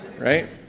right